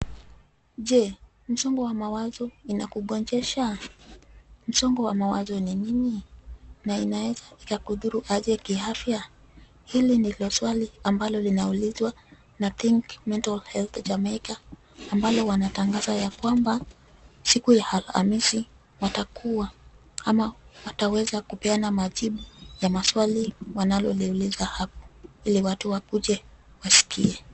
Je, msongo wa mawazo inakugonjesha? Msongo wa mawazo ni nini? Na inaweza ikakudhuru aje kiafya? Hili nililoswali ambalo linaulizwa na think mental health jamaica ambalo wanatangaza ya kwamba, siku ya Alhamisi watakuwa, ama wataweza kupeana majibu ya maswali wanaloliuliza hapo ili watu wakuje wasikie.